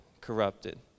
corrupted